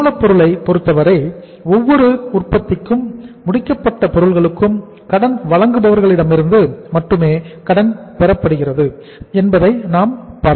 மூலப்பொருளை பொருத்தவரை ஒவ்வொரு உற்பத்திக்கும் முடிக்கப்பட்ட பொருள்களுக்கும் கடன் வழங்குபவர்களிடமிருந்து மட்டுமே கடன் பெறப்படுகிறது என்பதை நாம் பார்க்கலாம்